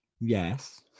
Yes